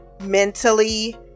mentally